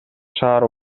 шаар